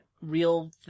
real